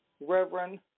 Reverend